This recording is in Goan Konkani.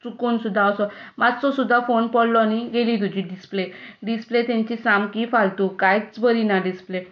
चुकून सुद्दां मातसो सुद्दां फोन पडलो न्हय गेली तुजी डिसप्ले डिसप्ले तांची सामकी फालतू कांयच बरी ना डिसप्ले